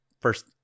first